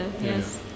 yes